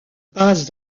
passe